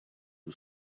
who